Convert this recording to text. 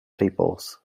peoples